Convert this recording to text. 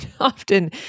often